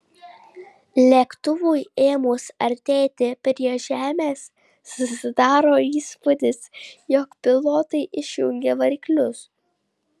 lėktuvui ėmus artėti prie žemės susidaro įspūdis jog pilotai išjungė variklius